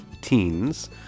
teens